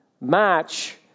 match